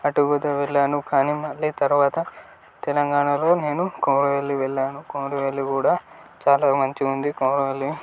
అటు కూడా వెళ్ళాను కానీ మళ్ళీ తరువాత తెలంగాణలో నేను కొమరవెల్లి వెళ్ళాను కొమరవెల్లి కూడా చాలా మంచిగా ఉంది కొమరవెల్లి